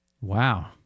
Wow